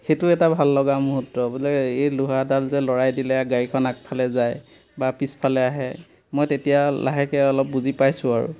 সেইটো এটা ভাললগা মূহূৰ্ত বোলে এই লোহাৰডাল যে লৰাই দিলে গাড়ীখন আগফালে যায় বা পিছফালে আহে মই তেতিয়া লাহেকৈ অলপ বুজি পাইছোঁ আৰু